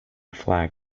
flag